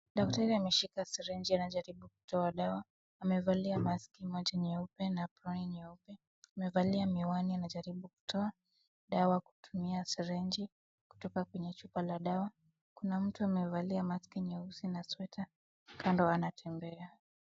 Daktari ameshika syringe anajaribu kutoa dawa. Amevalia maski moja nyeupe na aproni nyeupe. Amevalia miwani anajaribu kutoa dawa kutumia syringe kutoka kwenye chupa ya dawa. Kuna mtu amevalia maski nyeusi na sweta kando anatembea.